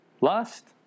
Lust